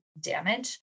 damage